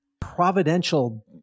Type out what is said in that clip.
providential